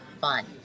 fun